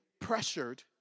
pressured